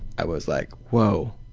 it was like, whoa,